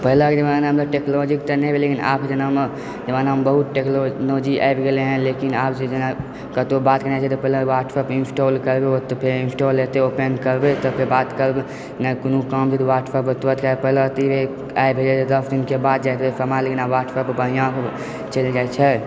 पहिलेके जमानामे तऽ टेक्नोलॉजीके तऽ नहि रहै लेकिन आब जमानामे बहुत टेक्नोलॉजी आबि गेलै हँ लेकिन आब छै जेना कतहुँ बात कयने रहै छै तऽ पहिले व्हाट्सऐप इनस्टॉल करू तऽ फेर इनस्टॉल हेतै ओपेन करबै तऽ फेर बात करबै जेना कोनो काम छै तऽ व्हाट्सऐप पर तुरत कए लेबै पहिलऽ तऽ ई रहै आइ भेजबै तऽ दश दिनके बाद जायत रहै समाद लेकिन आब व्हाट्सऐप बढ़िआँ चलि जाइत छै